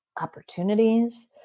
opportunities